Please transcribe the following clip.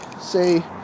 say